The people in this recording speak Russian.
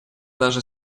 даже